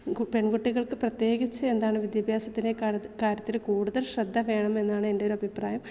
പെൺകുട്ടികൾക്ക് പ്രത്യേകിച്ച് എന്താണ് വിദ്യാഭ്യാസത്തിൽ കാല കാര്യത്തിൽ കൂടുതൽ ശ്രദ്ധവേണം എന്നാണ് എൻ്റെ ഒരഭിപ്രായം